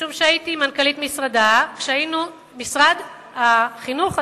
משום שהייתי מנכ"לית משרדה כשהיינו במשרד החינוך,